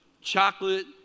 chocolate